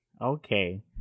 Okay